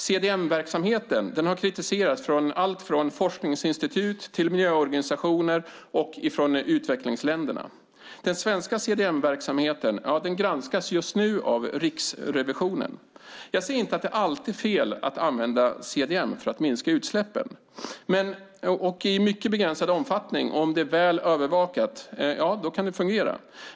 CDM-verksamheten har kritiserats från allt från forskningsinstitut till miljöorganisationer och från utvecklingsländerna. Den svenska CDM-verksamheten granskas just nu av Riksrevisionen. Jag säger inte att det alltid är fel att använda CDM för att minska utsläppen. I mycket begränsad omfattning och väl övervakat kan det vara acceptabelt.